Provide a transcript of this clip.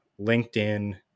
LinkedIn